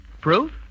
Proof